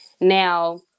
now